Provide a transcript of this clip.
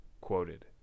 Quoted